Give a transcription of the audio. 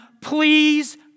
please